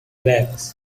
backs